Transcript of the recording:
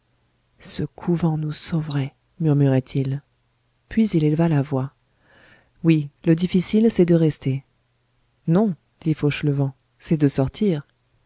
ce couvent nous sauverait murmurait-il puis il éleva la voix oui le difficile c'est de rester non dit fauchelevent c'est de sortir